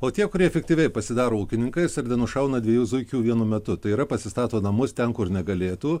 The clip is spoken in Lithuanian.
o tie kurie efektyviai pasidaro ūkininkais ir nenušauna dviejų zuikių vienu metu tai yra pasistato namus ten kur negalėtų